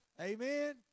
amen